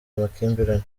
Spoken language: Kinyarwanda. amakimbirane